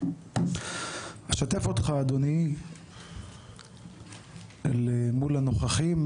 אשתף אותך אדוני מול הנוכחים,